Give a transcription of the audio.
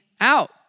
out